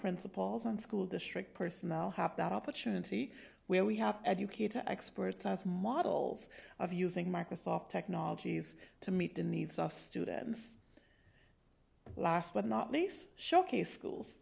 principals and school district personnel have that opportunity where we have educated experts as models of using microsoft technologies to meet the needs of students last but not least showcase schools